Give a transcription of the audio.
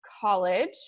college